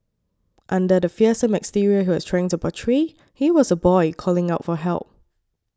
under the fearsome exterior he was trying to portray he was a boy calling out for help